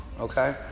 Okay